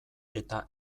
eta